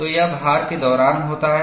तो यह भार के दौरान होता है